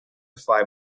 fly